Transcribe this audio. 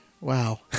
Wow